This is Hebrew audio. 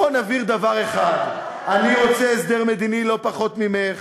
בואי נבהיר דבר אחד: אני רוצה הסדר מדיני לא פחות ממך,